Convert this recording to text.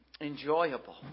enjoyable